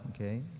okay